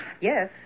Yes